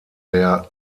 der